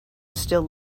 still